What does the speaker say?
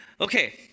Okay